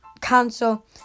cancel